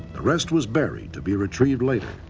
the rest was buried to be retrieved later.